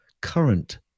current